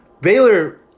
Baylor